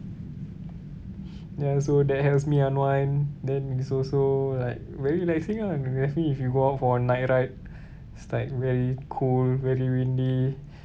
ya so that helps me unwind then it's also like very relaxing lah especially if you go out for a night ride it's like very cool very windy